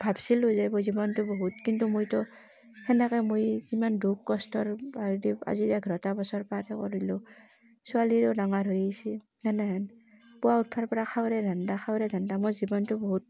ভাবছিলোঁ যে মইয়ো জীৱনটো বহুত কিন্তু মইতো সেনেকে মই কিমান দুখ কষ্টৰ হেৰি দি আজি এঘৰটা বছৰ পাৰেই কৰিলোঁ ছোৱালীও ডাঙৰ হৈ আহিছে সেনেহান পুৱা উঠিবৰ পৰা খোৱাৰে ধান্দা খোৱাৰেই ধান্দা মোৰ জীৱনটো বহুত